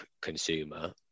consumer